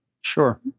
Sure